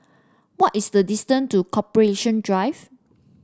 what is the distant to Corporation Drive